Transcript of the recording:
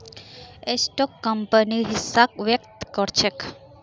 stock कंपनीर हिस्साक व्यक्त कर छेक